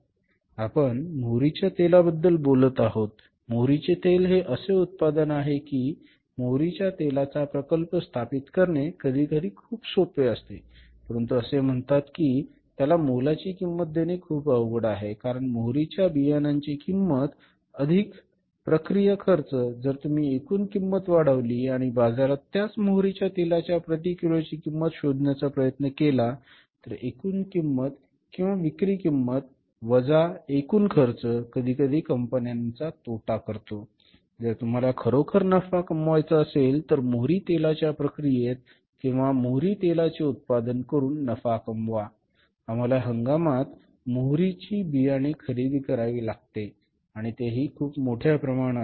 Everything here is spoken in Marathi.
उदाहरणार्थ आपण मोहरीच्या तेलाबद्दल बोलत आहोत मोहरीचे तेल हे असे उत्पादन आहे की मोहरीच्या तेलाचा प्रकल्प स्थापित करणे कधीकधी खूप सोपे असते परंतु असे म्हणतात की त्याला मोलाची किंमत देणे खूप अवघड आहे कारण मोहरीच्या बियाण्यांची किंमत अधिक प्रक्रिया खर्च जर तुम्ही एकूण किंमत वाढवली आणि बाजारात त्याच मोहरीच्या तेलाच्या प्रति किलोची किंमत शोधण्याचा प्रयत्न केला तर एकूण किंमत किंवा विक्री किंमत वजा वजा एकूण खर्च कधीकधी कंपन्यांचा तोटा करतो जर तुम्हाला खरोखर नफा कमवायचा असेल तर मोहरी तेलाच्या प्रक्रियेत किंवा मोहरीच्या तेलाचे उत्पादन करून नफा कमवावा आम्हाला हंगामात मोहरीची बियाणे खरेदी करावी लागते आणि तेही खूप मोठ्या प्रमाणात